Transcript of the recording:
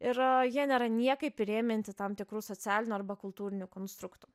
ir jie nėra niekaip įrėminti tam tikrų socialinių arba kultūrinių konstruktų